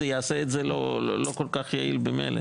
זה יעשה את זה לא כל כך יעיל ממילא.